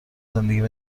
زندگیم